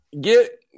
get –